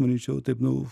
manyčiau taip nu